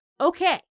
okay